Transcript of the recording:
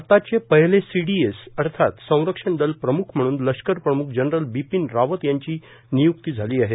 भारताचे पहिले सीडीएस अर्थात संरक्षण दल प्रमुख म्हणून लष्कर प्रमुख जनरल बिपीन रावत यांची निय्क्ती झाली आहे